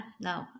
No